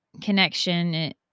connection